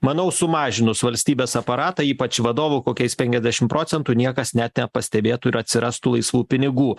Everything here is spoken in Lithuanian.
manau sumažinus valstybės aparatą ypač vadovų kokiais penkiasdešim procentų niekas net pastebėtų ir atsirastų laisvų pinigų